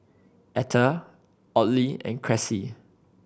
Etta Audley and Cressie